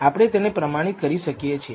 આપણે તેને પ્રમાણિત કરી શકીએ છીએ